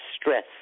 stress